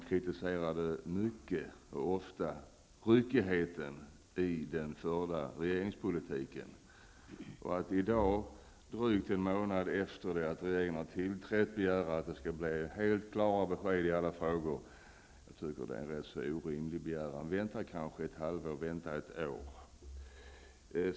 Då kritiserade man mycket och ofta ryckigheten i den förda regeringspolitiken. Att i dag, drygt en månad efter det att regeringen har tillträtt, begära att det skall bli helt klara besked i alla frågor tycker jag är en rätt orimlig begäran. Vänta ett halvår eller kanske ett år!